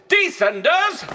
Descenders